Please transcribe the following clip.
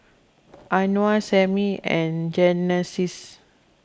Anwar Sammie and Genesis